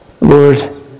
Lord